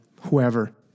whoever